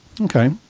Okay